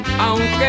aunque